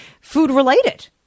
food-related